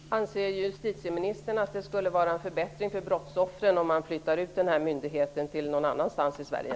Herr talman! Anser justitieministern att det skulle innebära en förbättring för brottsoffren om man flyttar ut myndigheten någon annanstans i Sverige?